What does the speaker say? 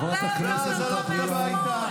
חברת הכנסת אטבריאן,